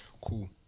Cool